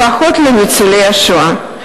לפחות לניצולי השואה.